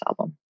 album